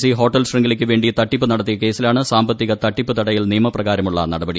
C hotel ശൃംഖലയ്ക്കുവേണ്ടി തട്ടിപ്പുനടത്തിയ കേസിലാണ് സാമ്പത്തിക തട്ടിപ്പ് തടയൽ നിയമപ്രകാരമുള്ള നടപടി